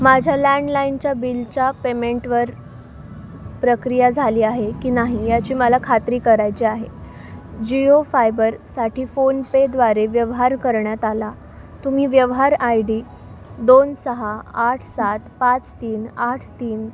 माझ्या लँडलाइणच्या बिलच्या पेमेंटवर प्रक्रिया झाली आहे की नाही याची मला खात्री करायची आहे जीओ फायबरसाठी फोनपेद्वारे व्यवहार करण्यात आला तुम्ही व्यवहार आय डी दोन सहा आठ सात पाच तीन आठ तीन